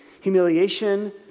humiliation